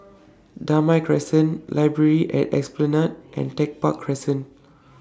Damai Crescent Library At Esplanade and Tech Park Crescent